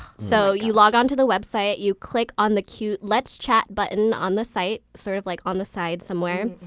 so, you log onto the website. you click on the cute let's chat button on the site sort of like on the side somewhere.